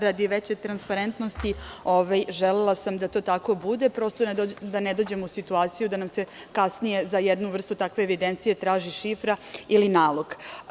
Radi veće transparentnosti, želela sam da to tako bude, prosto da ne dođemo u situaciju da nam se kasnije za jednu vrstu takve evidencije traži šifra ili nalog.